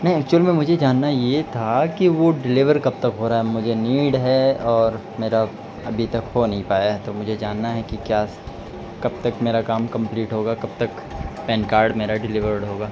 نہیں ایکچوئل میں مجھے یہ جاننا یہ تھا کہ وہ ڈلیور کب تک ہو رہا ہے مجھے نیڈ ہے اور میرا ابھی تک ہو نہیں پایا ہے تو مجھے جاننا ہے کہ کیا کب تک میرا کام کمپلیٹ ہوگا کب تک پین کارڈ میرا ڈلیورڈ ہوگا